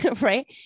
Right